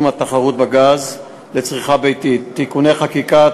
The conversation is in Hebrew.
התחרות בגז לצריכה ביתית) (תיקוני חקיקה),